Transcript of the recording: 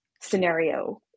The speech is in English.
scenario